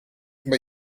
but